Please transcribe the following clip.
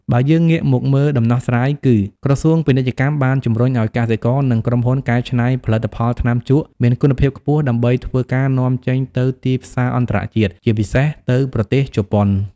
បើយើងងាកមកមើលដំណោះស្រាយគឺ ក្រសួងពាណិជ្ជកម្មបានជំរុញឲ្យកសិករនិងក្រុមហ៊ុនកែច្នៃផលិតផលថ្នាំជក់មានគុណភាពខ្ពស់ដើម្បីធ្វើការនាំចេញទៅទីផ្សារអន្តរជាតិ ជាពិសេសទៅប្រទេសជប៉ុន។